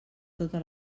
tota